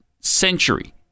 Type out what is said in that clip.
century